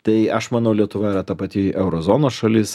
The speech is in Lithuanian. tai aš manau lietuva yra ta pati euro zonos šalis